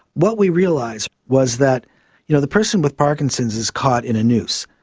what we realised was that you know the person with parkinson's is caught in a noose.